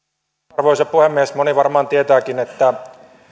arvoisa puhemies moni varmaan tietääkin että